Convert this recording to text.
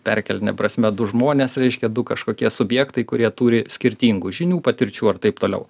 perkeltine prasme du žmonės reiškia du kažkokie subjektai kurie turi skirtingų žinių patirčių ar taip toliau